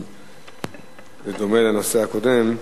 זה דומה לנושא הקודם.